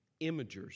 Imagers